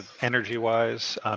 energy-wise